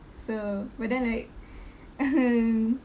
so but then like uh hmm